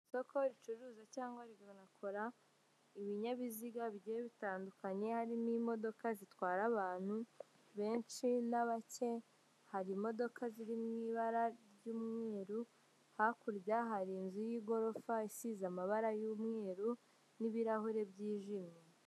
Isoko ricuruza cyangwa rikanakora ibinyabiziga bigiye bitandukanye harimo imodoka zitwara abantu benshi na bake hari imodoka ziri mu ibara ry'umweru hakurya hari inzu y'igorofa isize amabara y'umweru n'ibirahure byijimye.